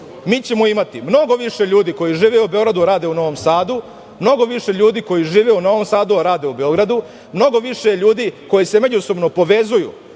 mi ćemo imati mnogo više ljudi koji žive u Beogradu a rade u Novom Sadu, mnogo više ljudi koji žive u Novom Sadu a rade u Beogradu, mnogo više ljudi koji se međusobno povezuju,